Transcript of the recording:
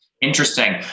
Interesting